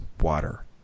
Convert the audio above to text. water